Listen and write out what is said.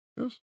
Yes